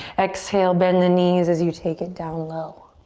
exhale, bend the knees as you take it down low.